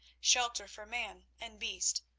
shelter for man and beast,